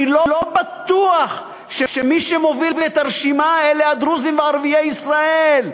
אני לא בטוח שמי שמוביל את הרשימה אלה הדרוזים וערביי ישראל.